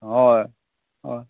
ᱦᱚᱭ